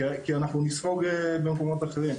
כי אנחנו נספוג במקומות אחרים.